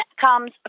comes